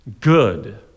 good